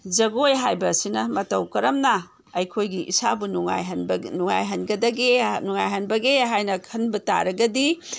ꯖꯒꯣꯏ ꯍꯥꯏꯕꯁꯤꯅ ꯃꯇꯧ ꯀꯔꯝꯅ ꯑꯩꯈꯣꯏꯒꯤ ꯏꯁꯥꯕꯨ ꯅꯨꯡꯉꯥꯏꯍꯟꯕꯒꯦ ꯅꯨꯡꯉꯥꯏꯍꯟꯒꯗꯒꯦ ꯅꯨꯡꯉꯥꯏꯍꯟꯕꯒꯦ ꯍꯥꯏꯅ ꯈꯟꯕ ꯇꯥꯔꯒꯗꯤ